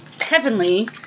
heavenly